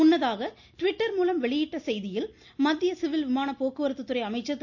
முன்னதாக ட்விட்டர் மூலம் வெளியிட்ட செய்தியில் மத்திய சிவில் விமான போக்குவரத்து துறை அமைச்சர்திரு